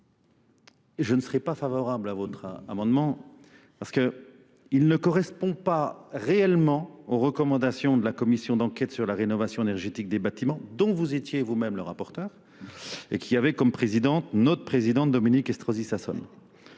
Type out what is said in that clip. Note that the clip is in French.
Je ne serai pas favorable à votre amendement parce qu'il ne correspond pas réellement aux recommandations de la commission d'enquête sur la rénovation énergétique des bâtiments dont vous étiez vous-même le rapporteur et qui avait comme présidente notre présidente Dominique Estrosi-Sassonne.